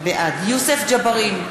יוסף ג'בארין,